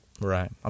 Right